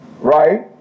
right